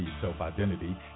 self-identity